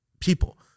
people